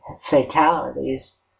fatalities